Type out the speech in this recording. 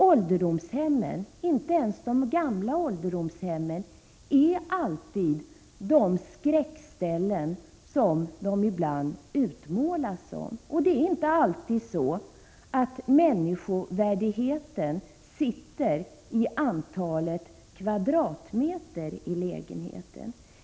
Ålderdomshemmen, inte ens de gamla, är inte alltid sådana skräckställen som de ibland utmålas som. Det är inte alltid så att människovärdigheten sitter i antalet kvadratmeter i lägenheten.